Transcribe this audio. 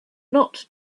not